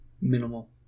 minimal